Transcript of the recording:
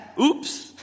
Oops